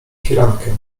firankę